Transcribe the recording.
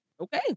okay